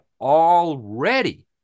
already